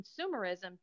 consumerism